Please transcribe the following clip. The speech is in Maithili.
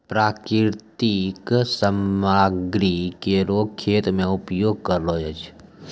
प्राकृतिक सामग्री केरो खेत मे उपयोग करलो जाय छै